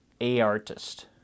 A-Artist